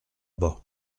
bas